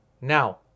now